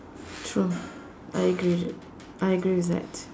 true I agree I agree with that